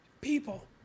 people